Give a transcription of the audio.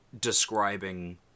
describing